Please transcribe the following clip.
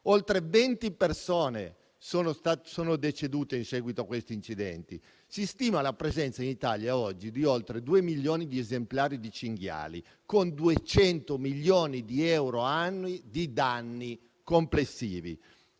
Oltre 20 persone sono decedute in seguito a questi incidenti. Oggi si stima la presenza in Italia di oltre due milioni di esemplari di cinghiali, con 200 milioni di euro annui di danni complessivi.